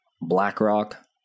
BlackRock